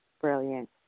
Brilliant